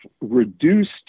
reduced